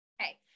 okay